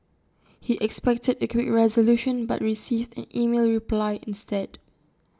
he expected A quick resolution but received an email reply instead